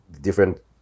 different